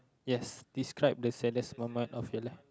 yes describe the saddest moment of your life